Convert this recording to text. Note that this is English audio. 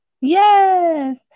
Yes